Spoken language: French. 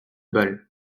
bal